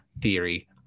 theory